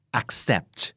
accept